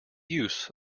use